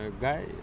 guy